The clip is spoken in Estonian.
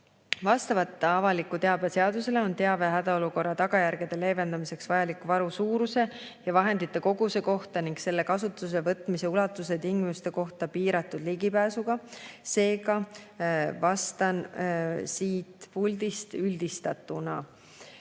Vastavalt avaliku teabe seadusele on teave hädaolukorra tagajärgede leevendamiseks vajaliku varu suuruse ja vahendite koguse kohta ning selle kasutusele võtmise ulatuse tingimuste kohta piiratud ligipääsuga. Seega vastan siit puldist üldistatult.